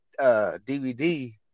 DVD